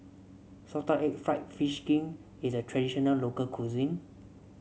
Salted Egg fried fish skin is a traditional local cuisine